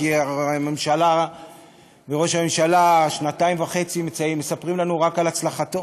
כי הממשלה וראש הממשלה שנתיים וחצי מספרים לנו רק על הצלחתו.